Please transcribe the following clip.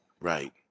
Right